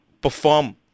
perform